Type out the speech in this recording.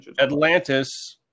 Atlantis